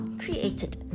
created